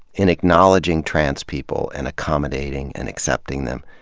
in acknowledging trans people and accommodating and accepting them,